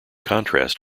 contrast